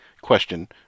question